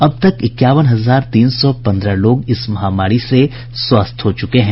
अब तक इक्यावन हजार तीन सौ पंद्रह लोग इस महामारी से स्वस्थ हो चुके हैं